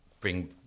bring